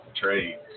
Trades